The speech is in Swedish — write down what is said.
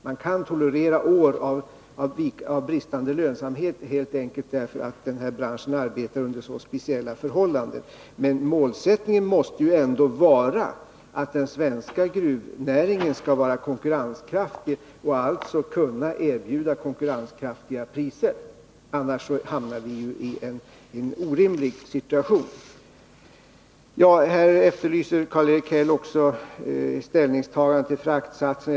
Man kan tolerera år av bristande lönsamhet helt enkelt därför att den här branschen arbetar under så speciella förhållanden. Målsättningen måste emellertid ändå vara att den svenska gruvnäringen skall vara konkurrenskraftig och alltså kunna erbjuda konkurrenskraftiga priser. Annars hamnar vi ju i en orimlig situation. Karl-Erik Häll efterlyser ett ställningstagande till fraktsatser.